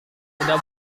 tidak